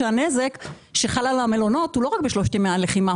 שהנזק שיש למלונות הוא לא רק בשלושת ימי הלחימה,